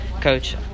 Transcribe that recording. Coach